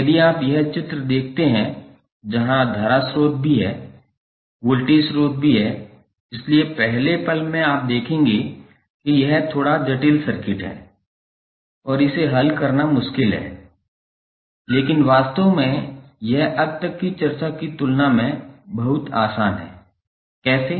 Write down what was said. यदि आप यह चित्र देखते हैं जहाँ धारा स्रोत भी है वोल्टेज स्रोत भी है इसलिए पहले पल में आप देखते हैं कि यह थोड़ा जटिल सर्किट है और इसे हल करना मुश्किल है लेकिन वास्तव में यह अब तक की चर्चा की तुलना में बहुत आसान है कैसे